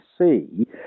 see